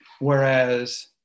Whereas